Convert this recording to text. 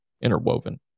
interwoven